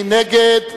מי נגד?